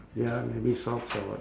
ya maybe soft or what